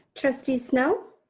trustee snell.